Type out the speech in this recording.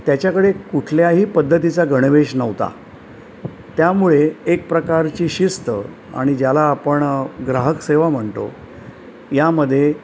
त्याच्याकडे कुठल्याही पद्धतीचा गणवेश नव्हता त्यामुळे एक प्रकारची शिस्त आणि ज्याला आपण ग्राहक सेवा म्हणतो यामध्ये